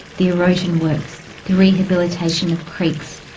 the erosion works, the rehabilitation of creeks,